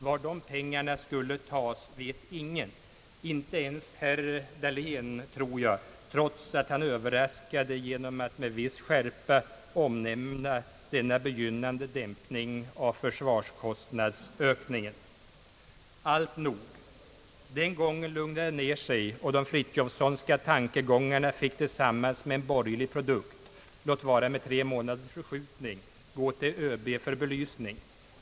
Var de pengarna skulle tas vet ingen, inte ens herr Dahlén tror jag, trots att han överraskade genom att med viss skärpa omnämna denna begynnande dämpning av försvarskostnadsökningen. Alltnog, den gången lugnade det ned sig, och de Frithiofsonska tankegångarna fick tillsammans med en borgerlig produkt, låt vara med tre månaders förskjutning, gå till ÖB för belysning.